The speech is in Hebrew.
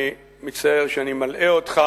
אני מצטער שאני מלאה אותך.